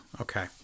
Okay